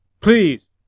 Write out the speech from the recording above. Please